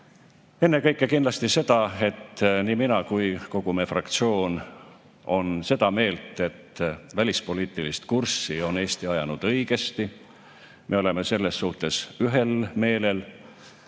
ennekõike kindlasti seda, et nii mina kui kogu meie fraktsioon on seda meelt, et välispoliitilist kurssi on Eesti ajanud õigesti. Me oleme selles suhtes ühel meelel